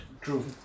True